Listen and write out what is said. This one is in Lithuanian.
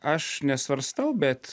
aš nesvarstau bet